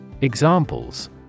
Examples